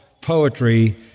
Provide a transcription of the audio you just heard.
poetry